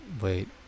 Wait